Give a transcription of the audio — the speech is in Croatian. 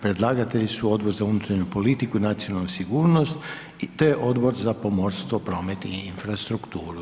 Predlagatelji su Odbor za unutarnju politiku i nacionalnu sigurnost te Odbor za pomorstvo, promet i infrastrukturu.